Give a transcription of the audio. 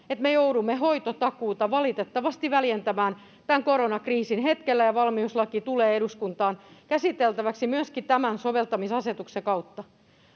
että me joudumme hoitotakuuta valitettavasti väljentämään tämän koronakriisin hetkellä, ja valmiuslaki tulee eduskuntaan käsiteltäväksi myöskin tämän soveltamisasetuksen kautta.